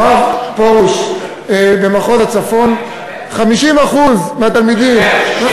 הרב פרוש, במחוז הצפון, 50% מהתלמידים, יותר.